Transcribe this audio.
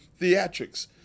theatrics